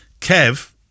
Kev